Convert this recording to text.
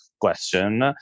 question